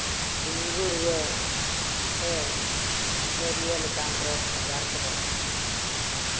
dengue ᱨᱩᱣᱟᱹ ᱥᱮ malaria ᱞᱮᱠᱟᱱ ᱨᱳᱜᱽ ᱟᱡᱟᱨ ᱠᱚᱫᱚ